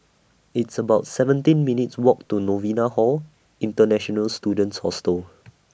It's about seventeen minutes' Walk to Novena Hall International Students Hostel